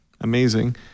Amazing